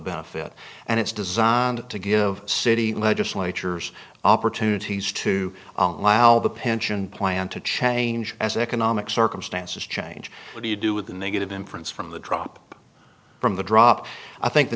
benefit and it's designed to give city legislatures opportunities to allow the pension plan to change as economic circumstances change what do you do with the negative inference from the drop from the drop i think the